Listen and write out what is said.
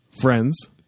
Friends